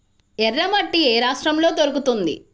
ఎర్రమట్టి ఏ రాష్ట్రంలో దొరుకుతుంది?